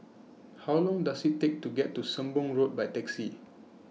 How Long Does IT Take to get to Sembong Road By Taxi